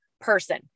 person